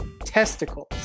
testicles